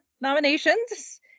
nominations